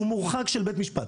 שהוא מורחק של בית משפט,